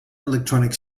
electronic